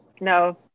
No